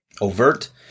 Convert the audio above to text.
overt